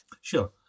Sure